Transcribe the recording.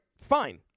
Fine